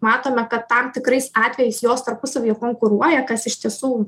matome kad tam tikrais atvejais jos tarpusavyje konkuruoja kas iš tiesų